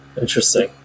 Interesting